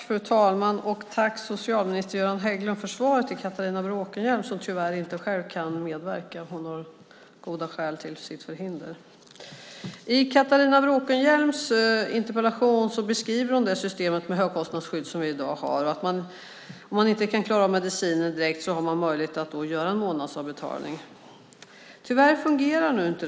Fru talman! Tack, socialminister Göran Hägglund, för svaret till Catharina Bråkenhielm, som tyvärr inte själv kan medverka. Hon har goda skäl för sitt förhinder. I Catharina Bråkenhielms interpellation beskriver hon systemet med högkostnadsskydd som vi i dag har. Om man inte kan klara att betala medicinen direkt har man möjlighet att göra en månadsavbetalning. Tyvärr fungerar det inte.